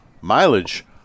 mileage